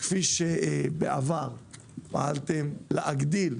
כפי שפעלתם בעבר להגדיל.